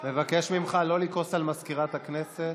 אני מבקש ממך לא לכעוס על מזכירת הכנסת.